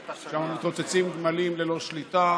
שמה מתרוצצים גמלים ללא שליטה,